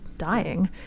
dying